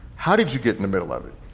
how did you get in the middle of it?